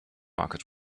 market